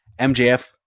MJF